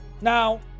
Now